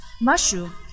mushroom